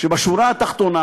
שבשורה התחתונה,